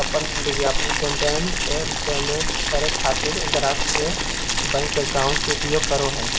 अपन विज्ञापन कैंपेन के पेमेंट करे खातिर ग्राहक के बैंक अकाउंट के उपयोग करो हइ